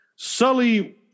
Sully